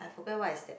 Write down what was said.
I forget what is that